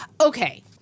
Okay